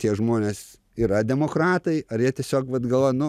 tie žmonės yra demokratai ar jie tiesiog vat galvoja nu